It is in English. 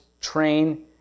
train